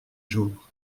jours